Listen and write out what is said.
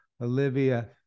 Olivia